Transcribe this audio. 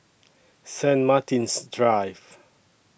Saint Martin's Drive